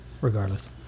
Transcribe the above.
regardless